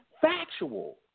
factual